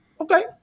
Okay